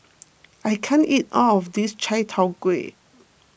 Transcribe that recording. I can't eat all of this Chai Tow Kuay